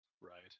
Right